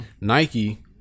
Nike